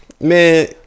Man